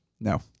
No